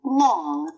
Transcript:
long